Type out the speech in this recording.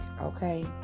okay